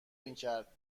میکرد